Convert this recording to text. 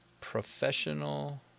professional